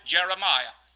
Jeremiah